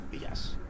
yes